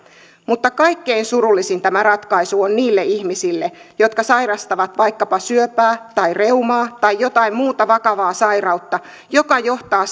mutta kaikkein surullisin tämä ratkaisu on niille ihmisille jotka sairastavat vaikkapa syöpää tai reumaa tai jotain muuta vakavaa sairautta joka johtaa